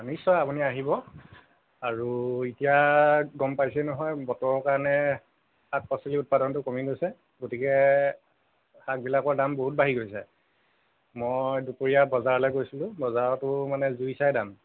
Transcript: নিশ্চয় আপুনি আহিব আৰু এতিয়া গম পাইছেই নহয় বতৰৰ কাৰণে শাক পাচলিৰ উৎপাদনটো কমি গৈছে গতিকে শাকবিলাকৰ দাম বহুত বাঢ়ি গৈছে মই দুপৰীয়া বজাৰলৈ গৈছিলোঁ বজাৰতো মানে জুই চাই দাম